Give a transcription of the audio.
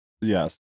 Yes